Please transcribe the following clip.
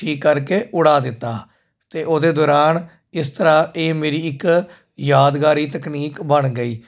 ਠੀਕ ਕਰਕੇ ਉਡਾ ਦਿੱਤਾ ਅਤੇ ਉਹਦੇ ਦੌਰਾਨ ਇਸ ਤਰ੍ਹਾਂ ਇਹ ਮੇਰੀ ਇੱਕ ਯਾਦਗਾਰੀ ਤਕਨੀਕ ਬਣ ਗਈ